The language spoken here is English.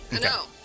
No